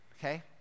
okay